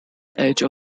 edge